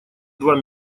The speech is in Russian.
два